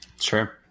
Sure